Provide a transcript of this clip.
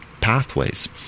pathways